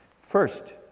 First